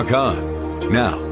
Now